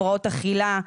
הפרעות אכילה.